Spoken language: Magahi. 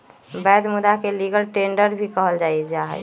वैध मुदा के लीगल टेंडर भी कहल जाहई